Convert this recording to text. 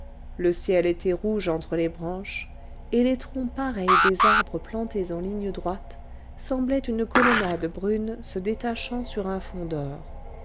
le ciel était rouge entre les branches et les troncs pareils des arbres plantés en ligne droite semblaient une colonnade brune se détachant sur un fond